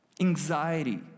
Anxiety